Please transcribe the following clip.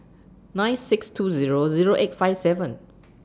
nine six two Zero Zero eight five seven